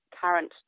current